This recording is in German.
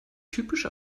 typische